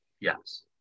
Yes